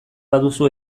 baduzu